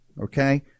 Okay